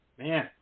Man